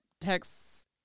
texts